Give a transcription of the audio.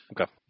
Okay